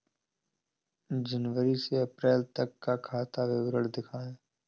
जनवरी से अप्रैल तक का खाता विवरण दिखाए?